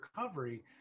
recovery